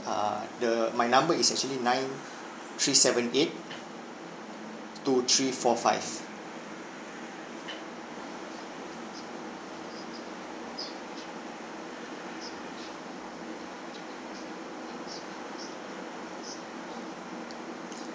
uh the my number is actually nine three seven eight two three four five